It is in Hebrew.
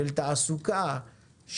של תעסוקה,